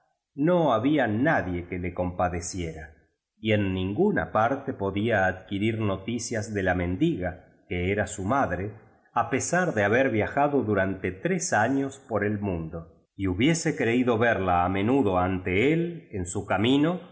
no había nadié que le compadeciera y en ninguna parte podía adquirir noticias de la mendiga que era su madre á pesar de haber viajado duraiite tres años por el mundo y hubiese creído verla á menudo ante él en su cami